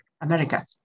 America